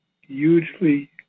hugely